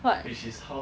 what